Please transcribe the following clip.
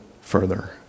further